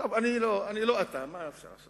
אני לא אתה, מה אפשר לעשות.